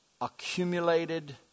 accumulated